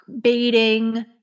baiting